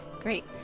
Great